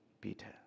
Peter